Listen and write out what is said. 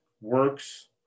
works